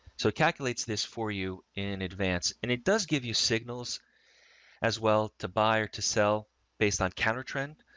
so it calculates this for you in advance. and it does give you signals as well to buy or to sell based on countertrend.